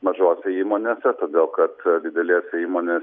mažose įmonėse todėl kad didelė įmonė